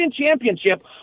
championship